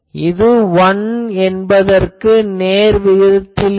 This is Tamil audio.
இது 1 என்பதற்கு நேர் விகிதத்தில் இருக்கும்